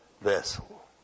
vessel